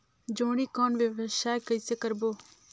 जोणी कौन व्यवसाय कइसे करबो?